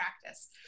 practice